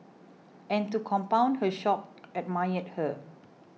and to compound her shock admired her